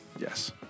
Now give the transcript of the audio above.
Yes